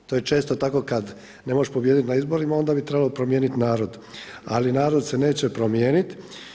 To je često tako kada ne možeš pobijediti na izborima onda bi trebalo promijeniti narod, ali narod se neće promijeniti.